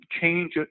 change